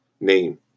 name